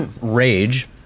Rage